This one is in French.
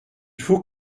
faut